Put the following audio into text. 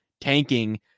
tanking